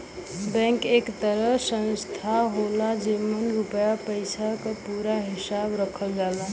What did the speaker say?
bank एक तरह संस्था होला जेमन रुपया पइसा क पूरा हिसाब रखल जाला